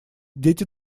дети